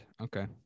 okay